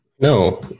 No